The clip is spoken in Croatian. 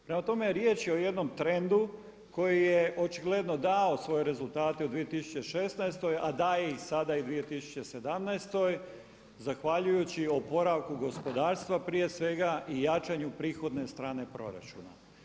Prema tome, riječ je o jednom trendu koji je očigledno dao svoje rezultate u 2016. a daje ih i sada i u 2017. zahvaljujući oporavku gospodarstva prije svega i jačanju prihodne strane proračuna.